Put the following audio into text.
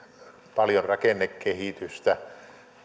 paljon rakennekehitystä